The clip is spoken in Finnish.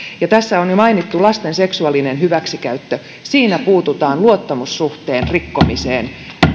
ja tässä on jo mainittu lasten seksuaalinen hyväksikäyttö siinä on kyse luottamussuhteen rikkomisesta